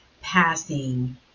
passing